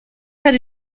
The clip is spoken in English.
had